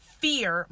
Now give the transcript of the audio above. fear